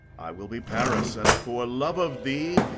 i will be paris, and for love of thee,